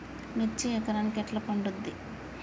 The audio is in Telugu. మిర్చి ఎకరానికి ఎట్లా పండుద్ధి?